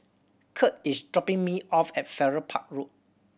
Curt is dropping me off at Farrer Park Road